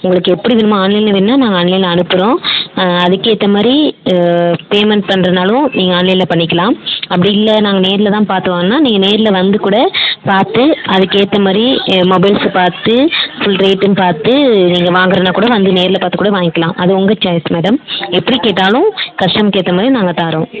உங்களுக்கு எப்படி வேணும்மோ ஆன்லைனில் வேணும்ன்னா நாங்கள் ஆன்லைனில் அனுப்புறோம் அதுக்கேற்ற மாரி பேமெண்ட் பண்ணுறனாலும் நீங்கள் ஆன்லைனில் பண்ணிக்கலாம் அப்படி இல்லை நாங்கள் நேரில் தான் பார்த்து வாங்கணும்ன்னா நீங்கள் நேரில் வந்து கூட பார்த்து அதுக்கு ஏற்றா மாரி மொபைல்ஸ் பார்த்து ஃபுல் ரேட்டும் பார்த்து நீங்கள் வாங்குறதுன்னா கூட வந்து நேரில் பார்த்து கூட வாங்கிகலாம் அது உங்கள் சாய்ஸ் மேடம் எப்படி கேட்டாலும் கஷ்ட்டமாருக்கு ஏற்ற மாரி நாங்கள் தாரோம்